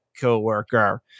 coworker